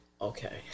Okay